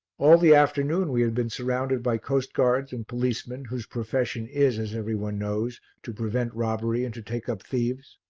all the afternoon we had been surrounded by coastguards and policemen whose profession is, as every one knows, to prevent robbery and to take up thieves.